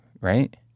right